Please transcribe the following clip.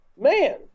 man